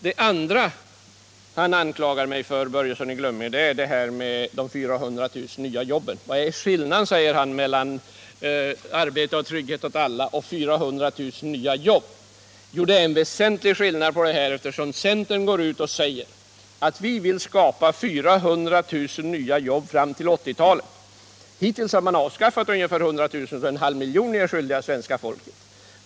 Det andra som Fritz Börjesson anklagar mig för är detta med de 400 000 nya jobben. Vad är skillnaden, frågar han, mellan ”Arbete och trygghet åt alla” och "400 000 nya jobb”? Jo, det är en väsentlig skillnad, eftersom centern går ut och säger: Vi vill skapa 400 000 nya jobb fram till 1980-talet. — Hittills har ni avskaffat 100 000 jobb, så en halv miljon jobb är ni skyldiga svenska folket!